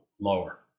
lower